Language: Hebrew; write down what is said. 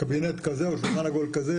קבינט כזה או שולחן עגול כזה,